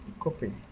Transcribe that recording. copy